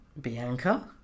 Bianca